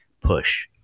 push